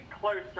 closer